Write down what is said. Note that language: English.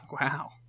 Wow